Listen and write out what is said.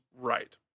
right